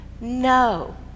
No